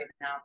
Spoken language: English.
now